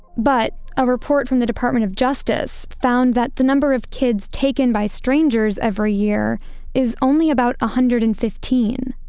but a report from the department of justice found that the number of kids taken by strangers every year is only about one hundred and fifteen.